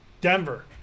Denver